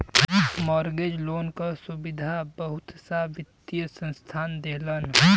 mortgage loan क सुविधा बहुत सा वित्तीय संस्थान देलन